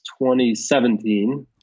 2017